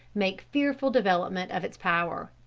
make fearful development of its power.